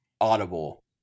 Audible